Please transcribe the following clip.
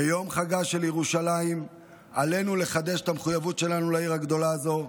ביום חגה של ירושלים עלינו לחדש את המחויבות שלנו לעיר הגדולה הזו,